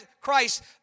Christ